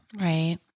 Right